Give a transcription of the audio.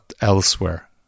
elsewhere